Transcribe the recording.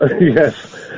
yes